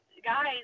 guys